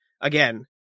again